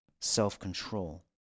self-control